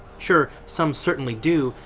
sure, some certainly do,